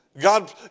God